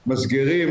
מסגרים,